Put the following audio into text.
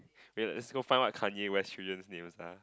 let's go find what Kanye West children names are